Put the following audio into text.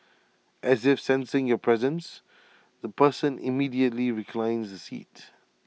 as if sensing your presence the person immediately reclines the seat